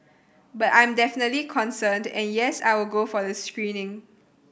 but I'm definitely concerned and yes I will go for the screening